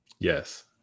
Yes